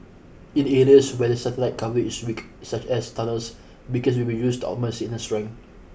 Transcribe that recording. in areas where the satellite coverage is weak such as tunnels beacons will be used augment signal strength